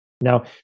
Now